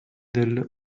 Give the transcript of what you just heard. del